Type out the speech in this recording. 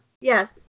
Yes